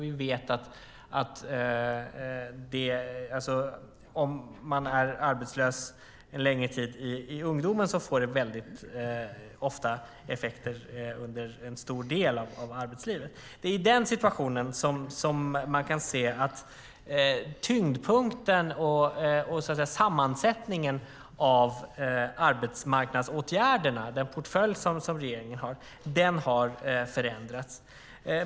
Vi vet att om man är arbetslös en längre tid i ungdomen får det ofta effekter under en stor del av arbetslivet. I den situationen kan vi se att tyngdpunkten och sammansättningen av arbetsmarknadsåtgärderna, den portfölj som regeringen har, har förändrats.